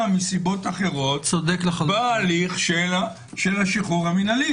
מסיבות אחרות בהליך של השחרור המינהלי.